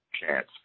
chance